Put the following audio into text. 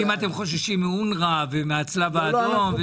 אם אתם חוששים מאונר"א ומהצלב האדום,